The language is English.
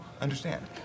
understand